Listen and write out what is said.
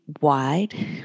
wide